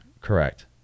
Correct